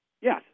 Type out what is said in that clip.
Yes